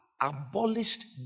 abolished